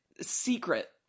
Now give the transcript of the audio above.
secret